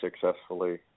successfully